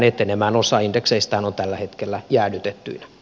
osa indekseistähän on tällä hetkellä jäädytettyinä